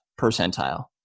percentile